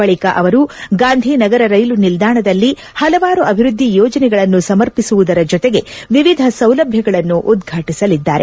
ಬಳಿಕ ಅವರು ಗಾಂಧಿ ನಗರ ರೈಲು ನಿಲ್ದಾಣದಲ್ಲಿ ಹಲವಾರು ಅಭಿವೃದ್ಧಿ ಯೋಜನೆಗಳನ್ನು ಸಮರ್ಪಿಸುವುದರ ಜತೆಗೆ ವಿವಿಧ ಸೌಲಭ್ಯಗಳನ್ನು ಉದ್ವಾಟಿಸಲಿದ್ದಾರೆ